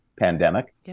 pandemic